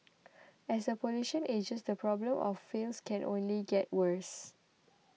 as the population ages the problem of falls can only get worse